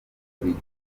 buri